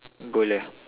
gold ah